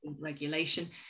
regulation